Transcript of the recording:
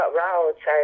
routes